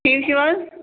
ٹھیٖک چھِو حظ